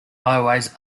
highways